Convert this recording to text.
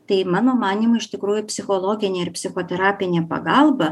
tai mano manymu iš tikrųjų psichologinė ir psichoterapinė pagalba